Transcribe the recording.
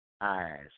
eyes